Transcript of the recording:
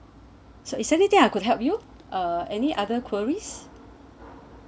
so it's anything I could help you or any other queries